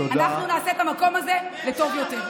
אנחנו נעשה את המקום הזה לטוב יותר.